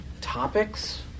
Topics